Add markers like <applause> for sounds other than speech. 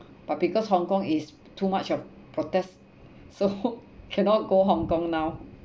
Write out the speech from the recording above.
but because hong-kong is too much of protest so <laughs> cannot go hong-kong now